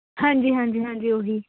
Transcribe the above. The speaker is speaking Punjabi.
ਹਾਂਜੀ ਹਾਂਜੀ ਹਾਂਜੀ ਉਹੀ